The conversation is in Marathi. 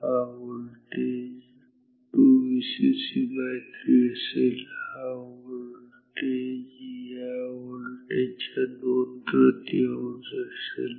हा व्होल्टेज 2Vcc3 असेल हा व्होल्टेज या व्होल्टेज च्या दोन तृतीय असेल